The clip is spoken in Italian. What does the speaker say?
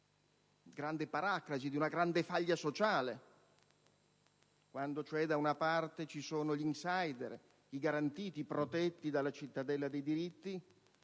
grande paraclasi, di una grande faglia sociale; quando cioè da una parte ci sono gli *insider*, i garantiti, i protetti dalla munitissima cittadella dei diritti,